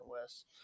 west